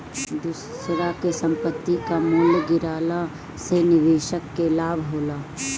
दूसरा के संपत्ति कअ मूल्य गिरला से निवेशक के लाभ होला